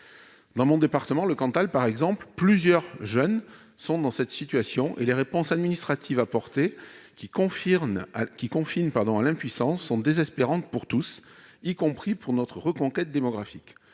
Dans mon département par exemple, le Cantal, plusieurs jeunes sont dans cette situation, et les réponses administratives apportées, qui confinent à l'impuissance, sont désespérantes pour tous, y compris pour notre reconquête démographique.